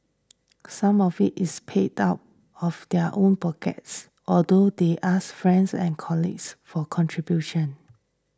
some of it is paid out of their own pockets although they also ask friends and colleagues for contributions